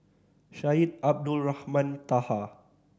Syed Abdulrahman Taha